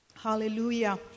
Hallelujah